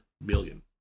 million